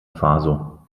faso